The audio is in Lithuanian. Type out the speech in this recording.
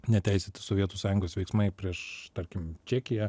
neteisėti sovietų sąjungos veiksmai prieš tarkim čekiją